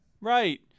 Right